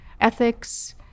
ethics